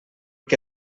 que